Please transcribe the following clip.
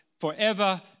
forever